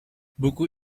buku